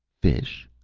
fish?